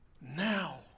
now